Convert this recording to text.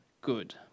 Good